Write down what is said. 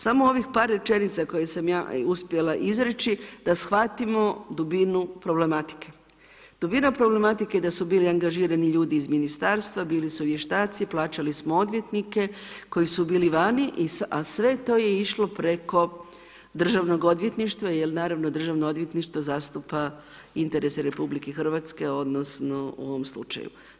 Samo ovih par rečenica, koje sam ja uspjela izreći, da shvatimo dubinu problematike, dubina problematike je da su bili angažirali ljudi iz ministarstva, bili su vještaci, plaćali smo odvjetnike koji su bili vani, a sve to je išlo preko Državnog odvjetništva, jer naravno, Državno odvjetništvo zastupa interese RH, odnosno, u ovim slučaju.